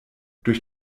durch